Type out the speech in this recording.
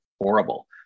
horrible